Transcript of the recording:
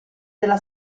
della